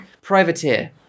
Privateer